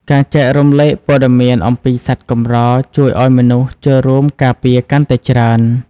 ការចែករំលែកព័ត៌មានអំពីសត្វកម្រ ជួយឱ្យមនុស្សចូលរួមការពារកាន់តែច្រើន។